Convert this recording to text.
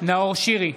נאור שירי,